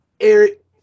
Eric